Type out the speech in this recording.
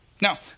Now